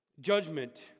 Judgment